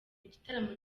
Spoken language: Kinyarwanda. igitaramo